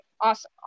awesome